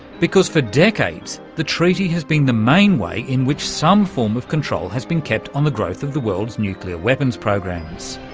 because for decades the treaty has been the main way in which some form of control has been kept on the growth of the world's nuclear weapons programs.